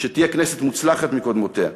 שתהיה כנסת מוצלחת מקודמותיה,